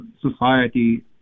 society